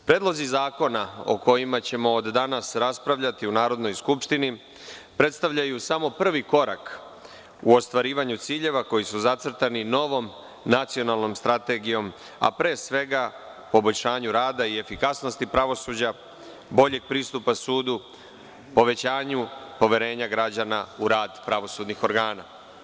Predlozi zakona o kojima ćemo od danas raspravljati u Narodnoj skupštini predstavljaju samo prvi korak u ostvarivanju ciljeva koji su zacrtani novom Nacionalnom strategijom, a pre svega poboljšanju rada i efikasnosti pravosuđa, boljeg pristupa sudu, povećanju poverenja građana u rad pravosudnih organa.